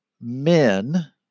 men